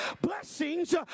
Blessings